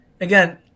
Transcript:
again